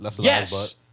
Yes